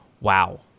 wow